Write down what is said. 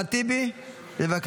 חבר הכנסת אחמד טיבי, בבקשה.